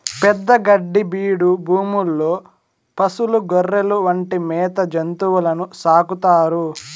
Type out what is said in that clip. పెద్ద గడ్డి బీడు భూముల్లో పసులు, గొర్రెలు వంటి మేత జంతువులను సాకుతారు